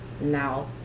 now